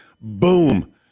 Boom